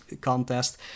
contest